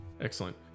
Excellent